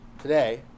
today